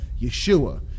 Yeshua